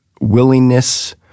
willingness